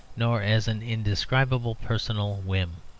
nor as an indescribable personal whim.